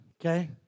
okay